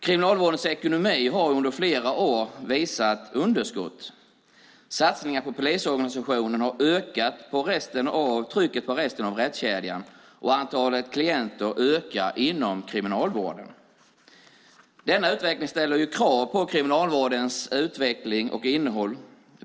Kriminalvårdens ekonomi har under flera år visat underskott. Satsningarna på polisorganisationen har ökat trycket på resten av rättskedjan, och antalet klienter ökar inom kriminalvården. Detta ställer krav på kriminalvårdens utveckling och innehåll.